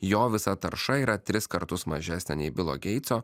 jo visa tarša yra tris kartus mažesnė nei bilo geitso